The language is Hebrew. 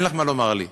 אין לך מה לומר לי.